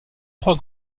trois